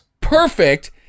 perfect